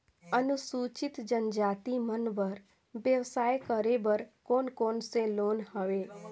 अनुसूचित जनजाति मन बर व्यवसाय करे बर कौन कौन से लोन हवे?